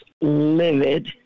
livid